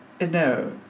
No